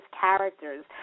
Characters